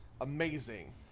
amazing